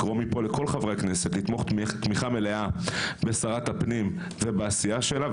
לקרוא מפה לכל חברי הכנסת לתמוך תמיכה מלאה בשרת הפנים ובעשייה שלה,